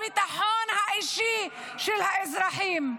הביטחון האישי של האזרחים?